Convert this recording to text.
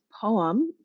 poem